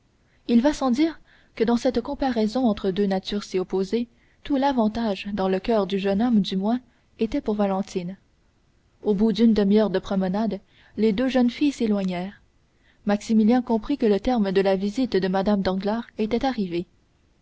il va sans dire que dans cette comparaison entre deux natures si opposées tout l'avantage dans le coeur du jeune homme du moins était pour valentine au bout d'une demi-heure de promenade les deux jeunes filles s'éloignèrent maximilien comprit que le terme de la visite de mme danglars était arrivé